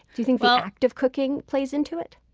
do you think but act of cooking plays into it?